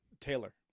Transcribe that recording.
Taylor